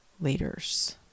leaders